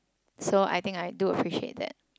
so I think I do appreciate that